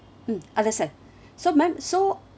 mm understand so ma'am so